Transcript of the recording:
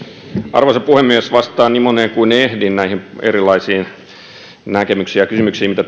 arvoisa puhemies vastaan niin moneen kuin ehdin näistä erilaisista näkemyksistä ja kysymyksistä mitä